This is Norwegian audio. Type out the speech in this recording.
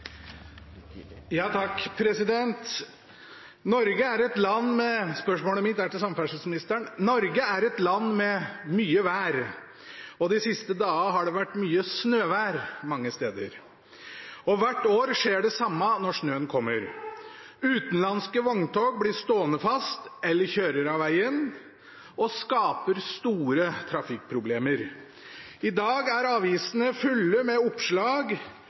til samferdselsministeren. Norge er et land med mye vær, og de siste dagene har det vært mye snøvær mange steder. Hvert år skjer det samme når snøen kommer: Utenlandske vogntog blir stående fast eller kjører av vegen og skaper store trafikkproblemer. I dag er avisene fulle av oppslag med lastebiler – de fleste av dem utenlandske – som i går sto fast. Her har jeg dagens oppslag